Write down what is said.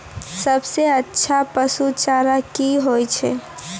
सबसे अच्छा पसु चारा की होय छै?